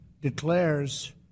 declares